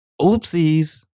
Oopsies